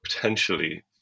potentially